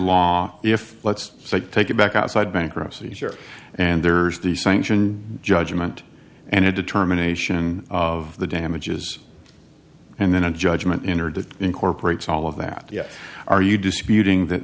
law if let's say take it back outside bankruptcy sure and there's the sanction judgment and a determination of the damages and then a judgment entered that incorporates all of that are you disputing that